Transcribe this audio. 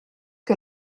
que